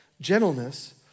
Gentleness